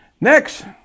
Next